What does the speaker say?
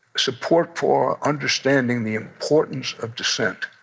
support for understanding the importance of dissent.